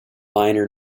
liner